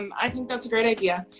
um i think that's a great idea.